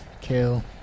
kill